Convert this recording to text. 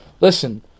listen